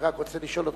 אני רוצה לשאול אותך,